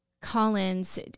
Collins